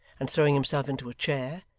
and throwing himself into a chair,